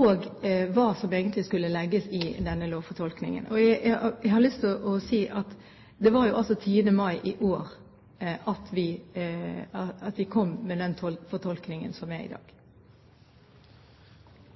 og hva som egentlig skulle legges i lovfortolkningen. Jeg har lyst til å si at det var altså den 10. mai i år at vi kom med den fortolkningen som er i dag.